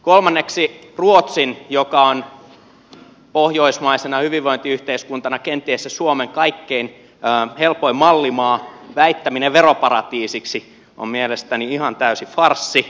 kolmanneksi ruotsin joka on pohjoismaisena hyvinvointiyhteiskuntana kenties se suomen kaikkein helpoin mallimaa väittäminen veroparatiisiksi on mielestäni ihan täysi farssi